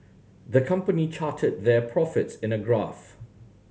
the company charted their profits in a graph